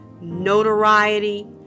notoriety